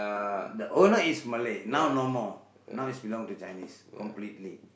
uh the owner is Malay now no more now is belong to Chinese completely